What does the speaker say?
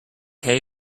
hay